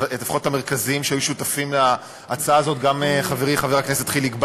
לפחות את המרכזיים שהיו שותפים להצעה הזאת: גם חברי חבר הכנסת חיליק בר,